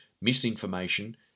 misinformation